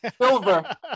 silver